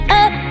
up